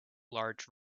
large